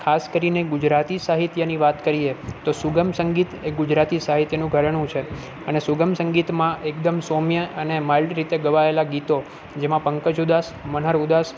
ખાસ કરીને ગુજરાતી સાહિત્યની વાત કરીએ તો સુગમ સંગીત એ ગુજરાતી સાહિત્યનું ઘરેણું છે અને સુગમ સંગીતમાં એકદમ સૌમ્ય અને માઈલ્ડ રીતે ગવાએલા ગીતો જેમાં પંકજ ઉદાસ મનહર ઉદાસ